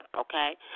okay